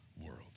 world